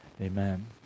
Amen